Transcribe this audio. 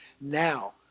Now